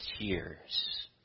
tears